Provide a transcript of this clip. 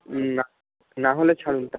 না না হলে ছাড়ুন